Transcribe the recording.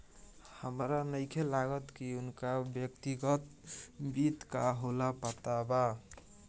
हामरा नइखे लागत की उनका व्यक्तिगत वित्त का होला पता बा